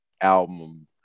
album